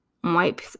white